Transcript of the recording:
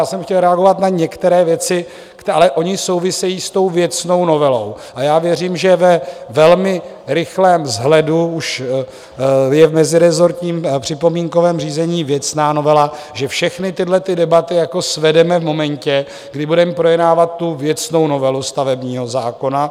Já jsem chtěl reagovat na některé věci, ale ony souvisejí s tou věcnou novelou, a já věřím, že ve velmi rychlém sledu už je v mezirezortním připomínkovém řízení věcná novela, že všechny tyhle debaty svedeme v momentě, kdy budeme projednávat tu věcnou novelu stavebního zákona.